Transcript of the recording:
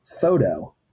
photo